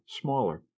smaller